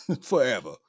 forever